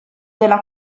della